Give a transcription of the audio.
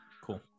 cool